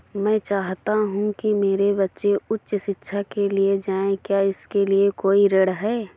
मैं चाहता हूँ कि मेरे बच्चे उच्च शिक्षा के लिए जाएं क्या इसके लिए कोई ऋण है?